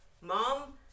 mom